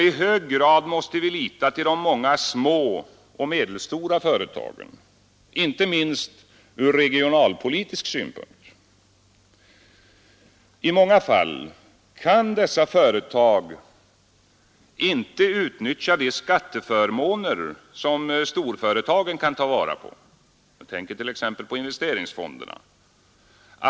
I hög grad måste vi lita till de många små och medelstora företagen — inte minst ur regionalpolitisk synpunkt. I många fall kan inte dessa företag utnyttja de skatteförmåner som storföretagen kan ta vara på. Jag tänker t.ex. på investeringsfonderna.